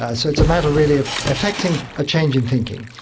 ah so it's a matter really of affecting a change in thinking.